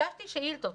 הגשתי שאילתות,